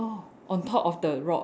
orh on top of the rock